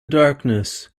darkness